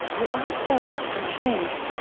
we're also, i think,